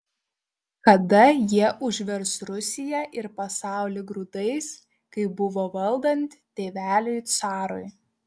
kada jie užvers rusiją ir pasaulį grūdais kaip buvo valdant tėveliui carui